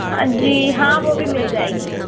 ہاں جی ہاں وہ بھی مل جائے گی